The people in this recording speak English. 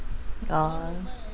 oh